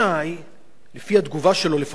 לפחות זו שראיתי בדקות האחרונות,